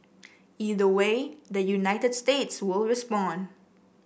either way the United States will respond